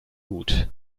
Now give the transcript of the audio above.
gut